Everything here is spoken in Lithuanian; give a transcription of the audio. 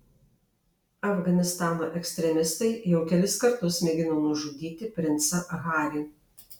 afganistano ekstremistai jau kelis kartus mėgino nužudyti princą harį